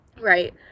right